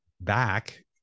back